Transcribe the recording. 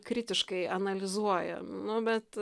kritiškai analizuoja nu bet